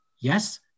Yes